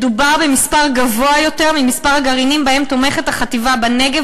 מדובר במספר גבוה יותר ממספר הגרעינים שבהם תומכת החטיבה בנגב,